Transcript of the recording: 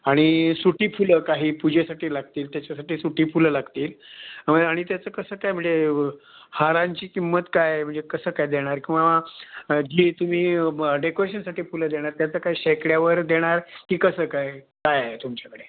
आणि सुटी फुलं काही पुजेसाठी लागतील त्याच्यासाठी सुटी फुलं लागतील आणि त्याचं कसं काय म्हणजे हारांची किंमत काय आहे म्हणजे कसं काय देणार किंवा जी तुम्ही म डेकोरेशनसाठी फुलं देणार त्याचं काय शेकड्यावर देणार की कसं काय काय आहे तुमच्याकडे